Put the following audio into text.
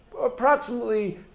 Approximately